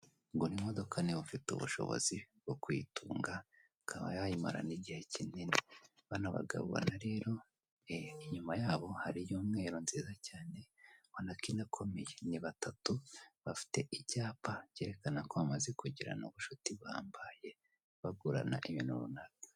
Gura imodoka niba ufite ubushobozi bwo kuyitunga, ukaba wayimara na igihe kinini, bano bagabo ubona rero, inyuma yabo hari iy'umweru nziza cyane ubona ko inakomeye, ni batatu bafite icyapa cyerekana ko bamaze kugirana ubunshuti buhambaye, bagurana ibintu runaka.